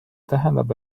tähendab